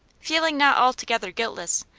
feeling not altogether guiltless,